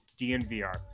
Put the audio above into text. DNVR